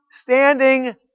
standing